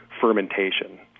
fermentation